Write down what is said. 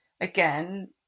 again